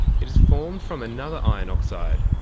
it is formed from another iron oxide,